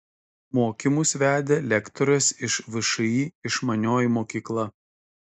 mokymus vedė lektorės iš všį išmanioji mokykla